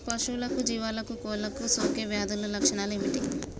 పశువులకు జీవాలకు కోళ్ళకు సోకే వ్యాధుల లక్షణాలు ఏమిటి?